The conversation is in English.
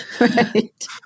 Right